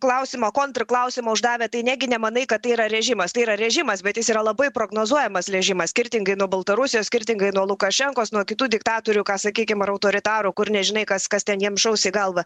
klausimo kontr klausimą uždavę tai negi nemanai kad tai yra režimas tai yra režimas bet jis yra labai prognozuojamas režimas skirtingai nuo baltarusijos skirtingai nuo lukašenkos nuo kitų diktatorių ką sakykim ar autoritarų kur nežinai kas kas ten jiem šaus į galvą